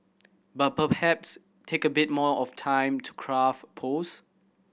but perhaps take a bit more of time to craft post